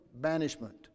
banishment